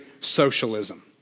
socialism